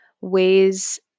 ways